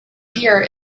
here